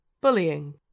bullying